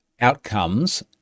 outcomes